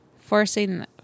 Forcing